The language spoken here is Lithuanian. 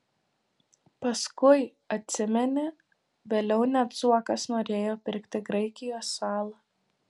paskui atsimeni vėliau net zuokas norėjo pirkti graikijos salą